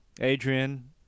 Adrian